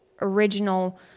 original